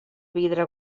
vidre